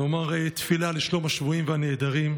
נאמר תפילה לשלום השבויים והנעדרים: